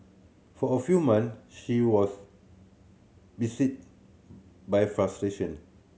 for a few month she was beset by frustration